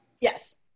Yes